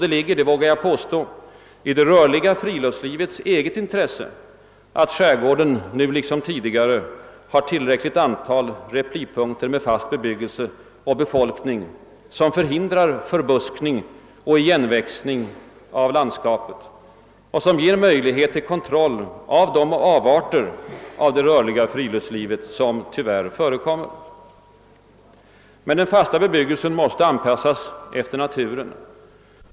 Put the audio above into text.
Det ligger, vågar jag påstå, i det rörliga friluftslivets eget intresse att skärgården nu liksom tidigare har tillräckligt antal replipunkter med fast bebyggelse och befolkning, som förhindrar förbuskning och igenväxning av landskapet och ger möjlighet till kontroll över de avarter av det rörliga friluftslivet som tyvärr förekommer. Men den fasta bebyggelsen måste anpassas efter naturen.